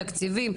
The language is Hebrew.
בתקציבים?